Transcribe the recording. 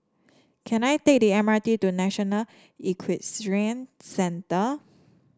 can I take the M R T to National Equestrian Centre